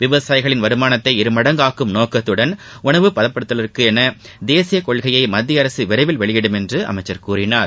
விவசாயிகளின் வருமானத்தை இருமடங்காக்கும் நோக்கத்துடன் உணவுப் பதப்படுத்தலுக்கு என தேசிய கொள்கையை மத்திய அரசு விரைவில் வெளியிடும் என்று அமைச்சர் கூறினார்